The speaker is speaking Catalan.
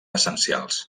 essencials